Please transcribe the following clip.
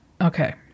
okay